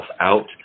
out